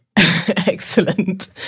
excellent